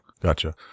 Gotcha